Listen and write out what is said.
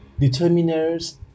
determiners